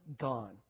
gone